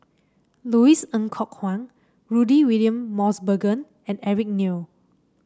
Louis Ng Kok Kwang Rudy William Mosbergen and Eric Neo